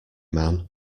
man